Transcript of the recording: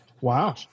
Wow